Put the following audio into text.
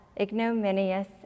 ignominious